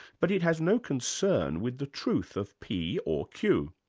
but it has no concern with the truth of p or q.